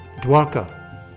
Dwarka